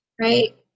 right